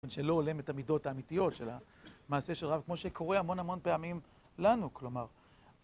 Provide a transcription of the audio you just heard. שלא הולם את המידות האמיתיות של המעשה של הרב, כמו שקורה המון המון פעמים לנו, כלומר.